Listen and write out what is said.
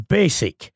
basic